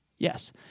Yes